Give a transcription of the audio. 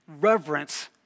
reverence